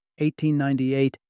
1898